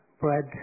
bread